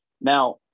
Now